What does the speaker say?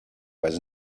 was